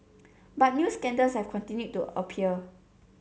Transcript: but new scandals have continued to appear